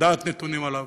לדעת נתונים עליו,